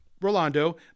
Rolando